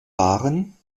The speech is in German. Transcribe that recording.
waren